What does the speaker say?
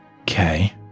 Okay